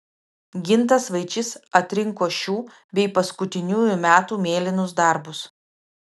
gintas vaičys atrinko šių bei paskutiniųjų metų mėlynus darbus